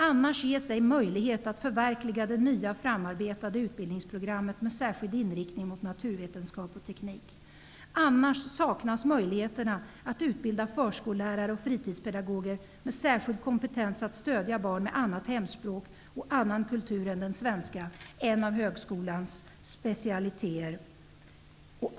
Annars ges ej möjlighet att förverkliga det nya framarbetade utbildningsprogrammet med särskild inriktning mot naturvetenskap och teknik. Annars saknas möjligheterna att utbilda förskollärare och fritidspedagoger med särskild kompetens att stödja barn med annat hemspråk och annan kultur än den svenska, en av högskolans specialiteter.